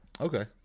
okay